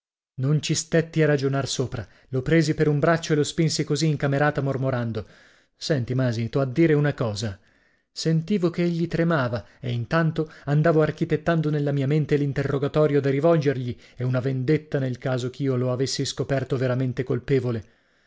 non ci stetti a ragionar sopra lo presi per un braccio e lo spinsi così in camerata mormorando senti masi t'ho da dire una cosa sentivo che egli tremava e intanto andavo architettando nella mia mente l'interrogatorio da rivolgergli e una vendetta nel caso ch'io lo avessi scoperto veramente colpevole